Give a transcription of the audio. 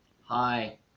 Hi